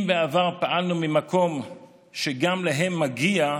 אם בעבר פעלנו ממקום שגם להם מגיע,